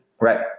Right